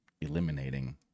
eliminating